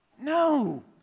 No